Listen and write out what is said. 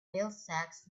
middlesex